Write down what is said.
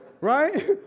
Right